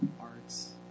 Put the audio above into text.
arts